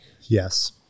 yes